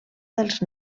dels